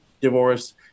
divorce